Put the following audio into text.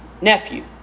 nephew